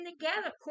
together